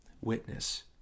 witness